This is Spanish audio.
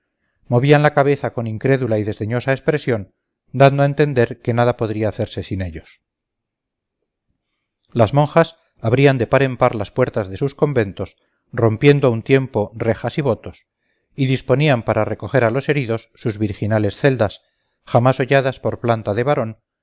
movían la cabeza con incrédula y desdeñosa expresión dando a entender que nada podría hacerse sin ellos las monjas abrían de par en par las puertas de sus conventos rompiendo a un tiempo rejas y votos y disponían para recoger a los heridos sus virginales celdas jamás holladas por planta de varón